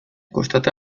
kostata